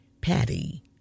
Patty